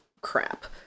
crap